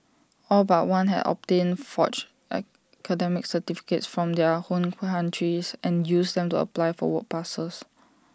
all but one had obtained forged academic certificates from their home countries and used them to apply for work passes